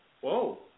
Whoa